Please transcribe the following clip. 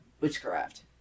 witchcraft